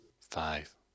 Five